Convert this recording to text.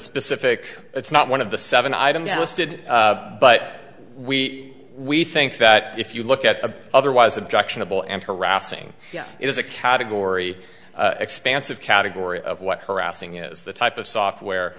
specific it's not one of the seven items listed but we we think that if you look at the otherwise objectionable and harassing yeah it is a category expansive category of what harassing is the type of software